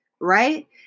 right